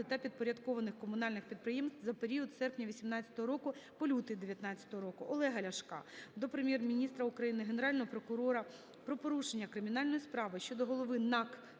та підпорядкованих комунальних підприємств за період з серпня 18-го року по лютий 19-го року. Олега Ляшка до Прем'єр-міністра України, Генерального прокурора про порушення кримінальної справи щодо голови НАК